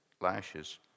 lashes